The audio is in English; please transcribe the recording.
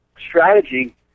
strategy